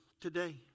today